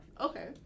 Okay